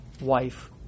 wife